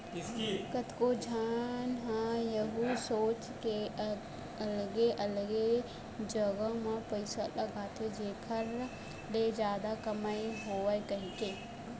कतको झन ह यहूँ सोच के अलगे अलगे जगा म पइसा लगाथे जेखर ले जादा कमई होवय कहिके